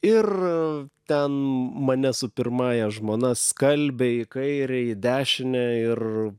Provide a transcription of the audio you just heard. ir ten mane su pirmąja žmona skalbė į kairę į dešinę ir